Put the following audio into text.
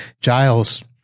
Giles